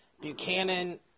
Buchanan